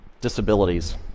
disabilities